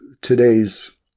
today's